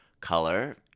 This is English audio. color